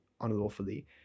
unlawfully